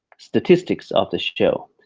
statistics of the show.